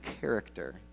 character